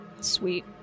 Sweet